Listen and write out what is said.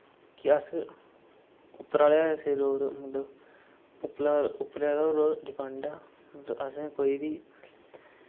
कि अस उप्पर आह्ले दे सिरे पर मतलब उप्परे उप्परे आह्ले पर डिपैंड आं मतलब असें कोई बी